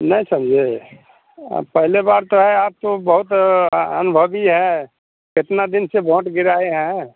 नहीं समझे आ पहले बार तो है आपको बहुत अनुभवी है इतने दिन से भोंट गिराए हैं